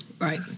Right